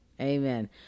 amen